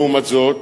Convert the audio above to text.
לעומת זאת,